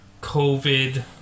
COVID